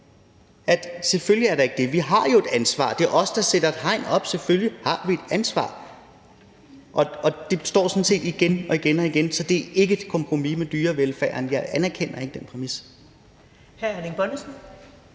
selvfølgelig ikke er sådan. Vi har jo et ansvar. Det er os, der sætter et hegn op. Selvfølgelig har vi et ansvar. Det står der sådan set igen og igen. Så det er ikke at gå på kompromis med dyrevelfærden. Jeg anerkender ikke den præmis.